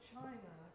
China